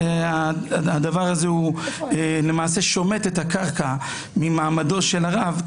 הדבר הזה למעשה שומט את הקרקע ממעמדו של הרב,